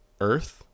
Earth